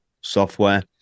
software